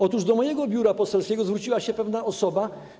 Otóż do mojego biura poselskiego zwróciła się pewna osoba.